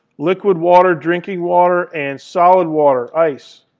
liquid water, drinking water and solid water, ice.